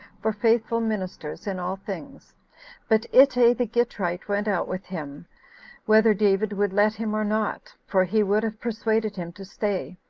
for faithful ministers in all things but ittai the gitrite went out with him whether david would let him or not, for he would have persuaded him to stay,